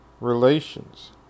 relations